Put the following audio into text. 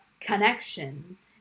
connections